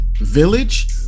Village